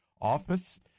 office